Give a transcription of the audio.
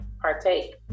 partake